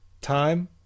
Time